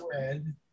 red